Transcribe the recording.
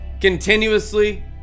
continuously